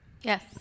Yes